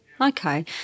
Okay